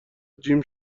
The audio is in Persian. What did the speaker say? جیم